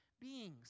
beings